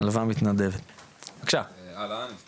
אהלן, שלום לכולם.